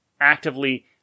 actively